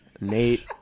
Nate